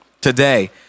today